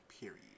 Period